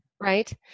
right